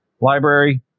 library